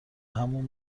همون